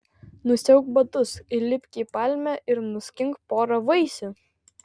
nusiauk batus įlipk į palmę ir nuskink porą vaisių